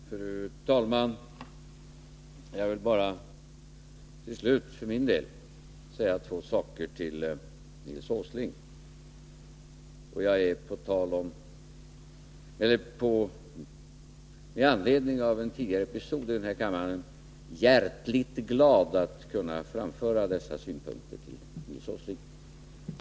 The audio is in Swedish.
Fru talman! Jag vill för min del slutligen bara säga två saker till Nils Åsling. Jag är — med anledning av en tidigare episod i denna kammare — hjärtligt glad att kunna framföra dessa synpunkter till Nils Åsling.